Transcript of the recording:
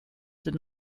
did